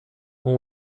اون